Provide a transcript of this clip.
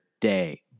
day